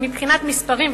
מבחינת מספרים,